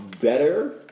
better